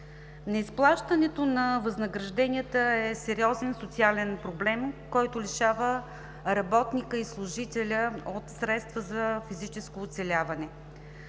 Неизплащането на възнагражденията е сериозен социален проблем, който лишава работника и служителя от средства за физическо оцеляване.